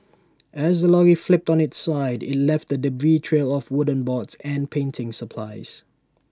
as the lorry flipped on its side IT left A debris trail of wooden boards and painting supplies